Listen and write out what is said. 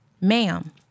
ma'am